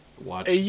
watch